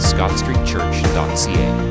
ScottStreetChurch.ca